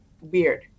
weird